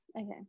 Okay